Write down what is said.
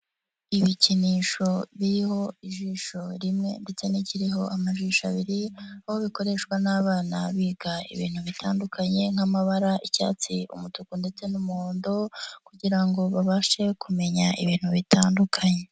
Ibikinisho biriho ijisho rimwe ndetse n'ikiriho amajisho abiri, aho bikoreshwa n'abana biga ibintu bitandukanye nk'amabara, icyatsi, umutuku ndetse n'umuhondo kugira ngo babashe kumenya ibintu bitandukanye.